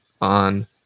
on